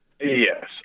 Yes